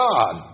God